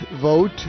vote